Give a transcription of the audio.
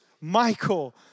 Michael